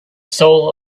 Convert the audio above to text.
soul